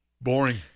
boring